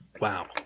wow